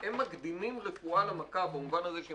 הם מקדימים רפואה למכה במובן הזה שהם